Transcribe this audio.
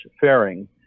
fairing